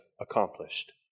accomplished